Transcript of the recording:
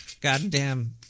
goddamn